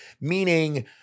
Meaning